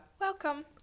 Welcome